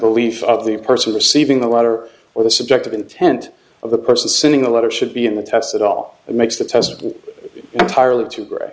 belief of the person receiving the letter or the subject of intent of the person sending the letter should be in the test at all and makes the test entirely too great